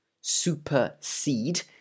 Supersede